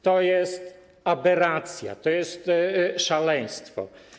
To jest aberracja, to jest szaleństwo.